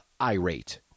irate